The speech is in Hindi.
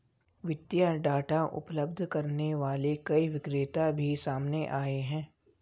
वित्तीय डाटा उपलब्ध करने वाले कई विक्रेता भी सामने आए हैं